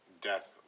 death